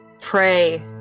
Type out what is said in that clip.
pray